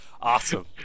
Awesome